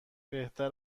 بهتر